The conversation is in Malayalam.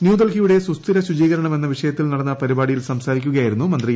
ന്യൂഡൽഹിയുടെ സുസ്ഥിര ശുചീകരണം എന്ന വിഷയത്തിൽ നടന്ന പരിപാടിയിൽ സംസാരിക്കുകയായിരുന്നു മന്ത്രി